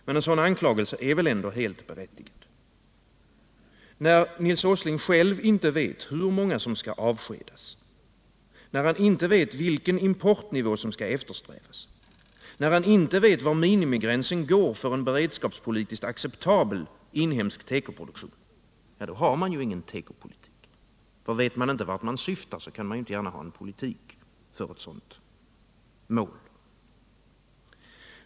Men en sådan anklagelse är väl ändå helt berättigad. När Nils Åsling själv inte vet hur många som skall avskedas, när han inte vet vilken importnivå som skall eftersträvas, när han inte vet var minimigränsen går för en beredskapspolitiskt acceptabel inhemsk tekoproduktion, ja, då har man ju ingen tekopolitik. Vet man inte vart man syftar, kan man inte gärna ha någon politik för ett sådant mål.